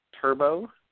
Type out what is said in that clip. turbo